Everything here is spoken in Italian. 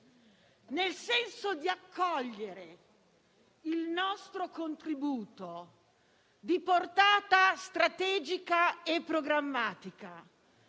ideale per accogliere il nostro contributo di portata strategica e programmatica